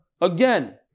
Again